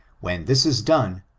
when this is done,